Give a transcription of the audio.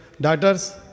daughters